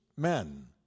Men